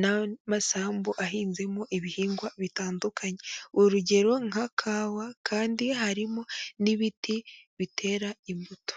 n'amasambu ahinzemo ibihingwa bitandukanye, urugero nka kawa kandi harimo n'ibiti bitera imbuto.